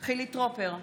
בהצבעה חילי טרופר,